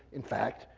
in fact,